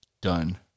done